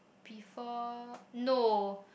before no